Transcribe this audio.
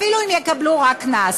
אפילו אם יקבלו רק קנס.